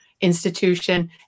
institution